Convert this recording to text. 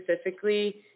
specifically